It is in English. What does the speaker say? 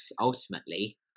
ultimately